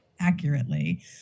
accurately